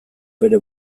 bere